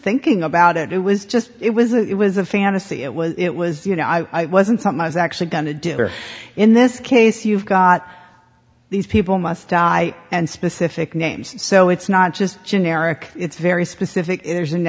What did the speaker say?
thinking about it it was just it was it was a fantasy it was it was you know i wasn't something i was actually going to do or in this case you've got these people must die and specific names so it's not just generic it's very specific there's a